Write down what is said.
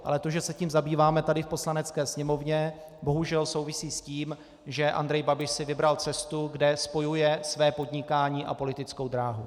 Ale to, že se tím zabýváme tady v Poslanecké sněmovně, bohužel souvisí s tím, že Andrej Babiš si vybral cestu, kde spojuje své podnikání a politickou dráhu.